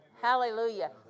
Hallelujah